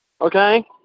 Okay